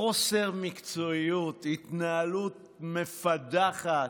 חוסר מקצועיות, התנהלות מפדחת.